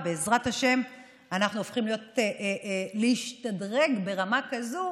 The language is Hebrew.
ובעזרת השם אנחנו הולכים להשתדרג ברמה כזאת